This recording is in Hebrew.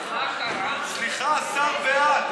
סליחה, השר בעד.